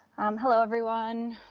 um hello everyone.